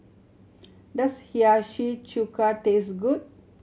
does Hiyashi Chuka taste good